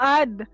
add